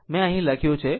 આમ તે મેં અહીં લખ્યું છે